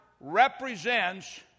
represents